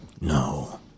No